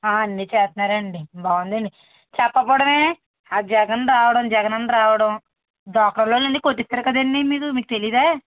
ఆ అన్ని చేస్తున్నారండి బాగుందండి చెప్పకపోవడమే ఆ జగన్ రావడం జగనన్న రావడం డ్వాక్రా లోన్లన్ని కొట్టించారు కదండీ మీరు మీకు తెలీదా